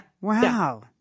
Wow